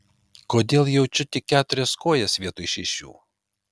kodėl jaučiu tik keturias kojas vietoj šešių